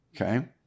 Okay